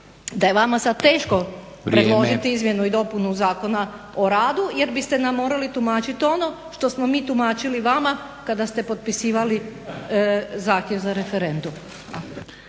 da je vama sad teško predložiti izmjenu i dopunu Zakona o radu jer biste nam morali tumačit ono što smo mi tumačili vama kada ste potpisivali zahtjev za referendum.